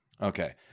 Okay